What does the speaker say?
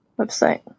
website